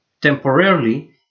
temporarily